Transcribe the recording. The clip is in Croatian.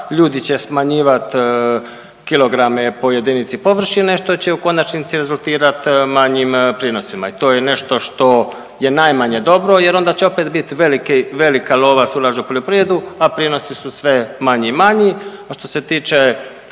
ljudi će smanjivati kilograme po jedinici površine što će u konačnici rezultirat manjim prinosima i to je nešto što je najmanje dobro jer onda će opet biti velika lova se ulaže u poljoprivredu, a prinosi su sve manji i manji. A što se tiče